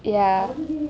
ya